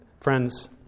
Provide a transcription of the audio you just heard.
friends